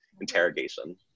interrogation